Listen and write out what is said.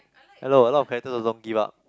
hello a lot of character also don't give up